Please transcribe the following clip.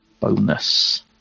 Bonus